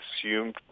assume